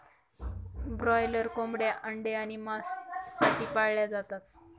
broiler कोंबड्या अंडे आणि मांस साठी पाळल्या जातात